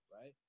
right